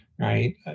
right